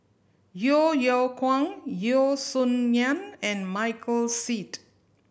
Yeo Yeow Kwang Yeo Song Nian and Michael Seet